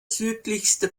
südlichste